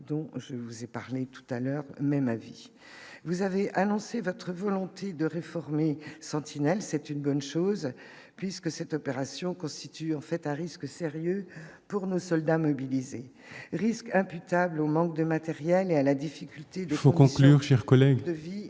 Pour conclure, chers collègues.